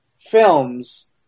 films